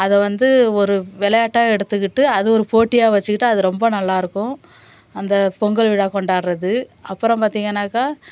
அதை வந்து ஒரு விளையாட்டா எடுத்துக்கிட்டு அது ஒரு போட்டியாக வச்சுக்கிட்டு அது ரொம்ப நல்லாயிருக்கும் அந்த பொங்கல் விழா கொண்டாடுறது அப்புறம் பார்த்தீங்கன்னாக்கா